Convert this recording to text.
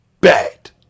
bad